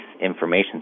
information